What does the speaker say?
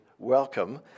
Welcome